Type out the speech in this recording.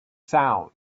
sound